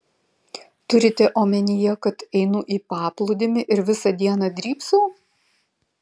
turite omenyje kad einu į paplūdimį ir visą dieną drybsau